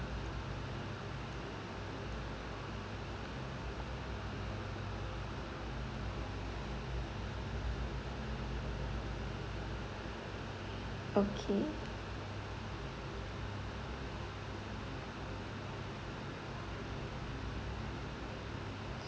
okay